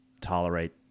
tolerate